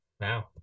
Wow